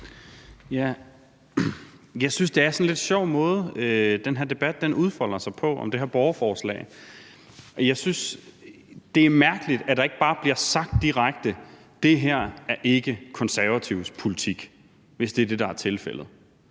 Jeg synes, det er en sådan lidt sjov måde, den her debat om det her borgerforslag udfolder sig på. Og jeg synes, det er mærkeligt, at der ikke bare bliver sagt direkte, at det her ikke er Konservatives politik, hvis det er det, der er tilfældet.